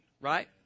right